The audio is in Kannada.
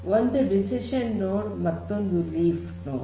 ಒಂದು ಡಿಸಿಷನ್ ನೋಡ್ ಮತ್ತೊಂದು ಲೀಫ್ ನೋಡ್